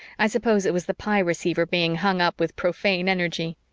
i suppose it was the pye receiver being hung up with profane energy.